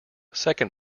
second